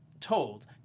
told